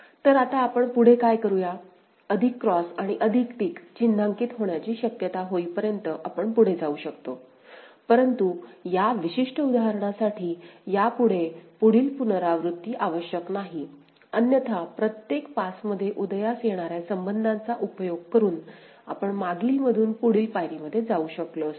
तर आता आपण पुढे काय करूया अधिक क्रॉस आणि अधिक टिक चिन्हांकित होण्याची शक्यता होईपर्यंत आपण पुढे जाऊ शकतो परंतु या विशिष्ट उदाहरणासाठी यापुढे पुढील पुनरावृत्ती आवश्यक नाही अन्यथा प्रत्येक पासमध्ये उदयास येणाऱ्या संबंधांचा उपयोग करून आपण मागील मधून पुढील पायरी मध्ये जाऊ शकलो असतो